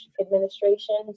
administration